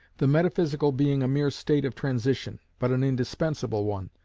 the metaphysical being a mere state of transition, but an indispensable one,